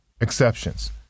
exceptions